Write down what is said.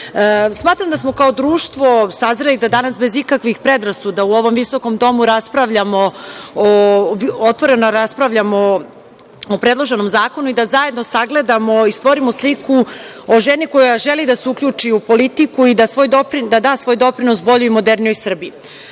Čomić. Smatram da smo kao društvo sazreli da danas bez ikakvih predrasuda u ovom visokom domu raspravljamo otvoreno o predloženom zakonu i da zajedno sagledamo i stvorimo sliku o ženi koja želi da se uključi u politiku i da svoj doprinos boljoj i modernijoj Srbiji.